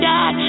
God